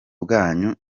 bwanyu